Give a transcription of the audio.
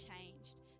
changed